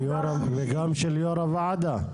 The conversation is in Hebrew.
וגם של יו"ר הוועדה.